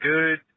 Good